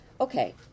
Okay